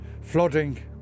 flooding